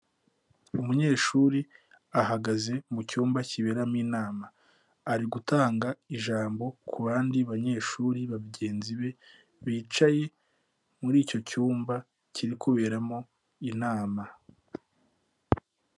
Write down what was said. Umunyeshuri ahagaze mu cyumba kiberamo inama. Ari gutanga ijambo ku bandi banyeshuri ba bagenzi be, bicaye muri icyo cyumba kiri kuberamo inama.